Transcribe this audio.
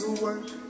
work